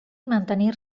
mantenir